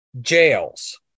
jails